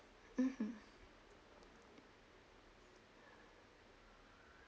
mmhmm